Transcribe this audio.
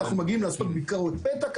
אנחנו מגיעים לעשות ביקורות פתע כי